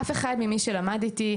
אף אחד ממי שלמד איתי,